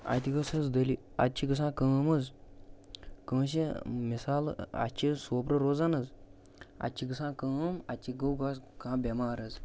اَتہِ گوٚژھ حظ دٔلیٖل اَتہِ چھِ گژھان کٲم حظ کٲنٛسہِ مِثال اَسہِ چھِ سوپرٕ روزان حظ اَتہِ چھِ گژھان کٲم اَتہِ چھِ گوٚو بس کانٛہہ بٮ۪مار حظ